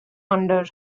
under